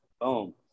boom